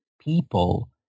people